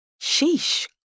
Sheesh